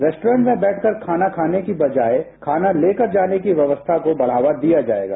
restaurant में बैठकर खाना खाने की बजाय खाना ले कर जाने की व्यवस्था का बढ़ावा दिया जाएगा